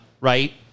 right